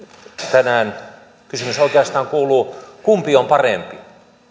tänään kysymys oikeastaan kuuluu kumpi on parempi